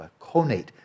Conate